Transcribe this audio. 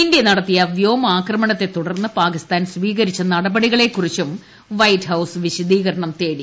India നടത്തിയ വ്യോമാക്രമണത്തെ തുടർന്ന് പാകിസ്ഥാൻ സ്വീകരിച്ച നടപടികളെ കുറിച്ചും വൈറ്റ് ഹൌസ് വിശദീകരണം തേടി